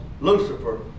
Lucifer